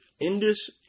Indus